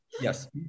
Yes